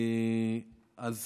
את זה לא ידעתי.